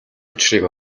учрыг